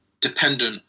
dependent